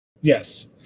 Yes